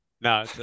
no